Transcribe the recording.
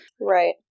right